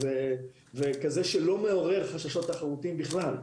כזה שלא מעורר חששות תחרותיים בכלל.